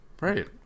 Right